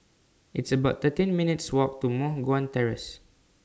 It's about thirteen minutes' Walk to Moh Guan Terrace